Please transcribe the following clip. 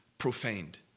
profaned